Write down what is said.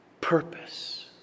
purpose